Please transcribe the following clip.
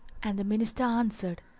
and the minister answered,